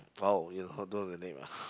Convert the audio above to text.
oh you don't know the name ah